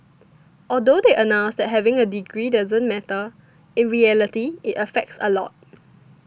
although they announced that having a degree doesn't matter in reality it affects a lot